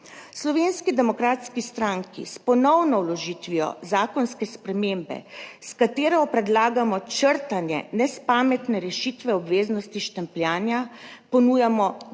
Slovenski demokratski stranki s ponovno vložitvijo zakonske spremembe, s katero predlagamo črtanje nespametne rešitve obveznosti štempljanja, ponujamo